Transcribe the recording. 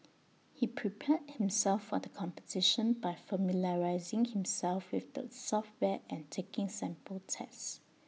he prepared himself for the competition by familiarising himself with the software and taking sample tests